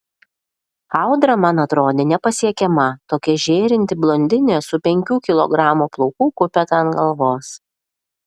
audra man atrodė nepasiekiama tokia žėrinti blondinė su penkių kilogramų plaukų kupeta ant galvos